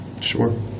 Sure